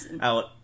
out